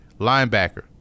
Linebacker